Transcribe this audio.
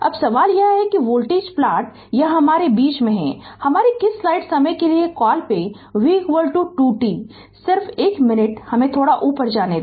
अब सवाल यह है कि वोल्टेज प्लॉट यह हमारे बीच में है हमारे किस स्लाइड समय के कॉल पे v 2 t सिर्फ एक मिनट हमे थोड़ा ऊपर जाने दे